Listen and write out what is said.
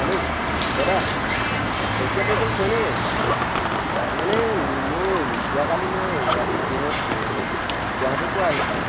hello দাদা Saikia travels হয়নে বাৰু মানে মোৰ যোৱাকালি মই ৰাতি ট্ৰেইনত গুৱাহাটীৰ পৰা আহিছিলোঁ